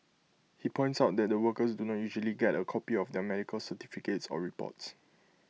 he points out that the workers do not usually get A copy of their medical certificates or reports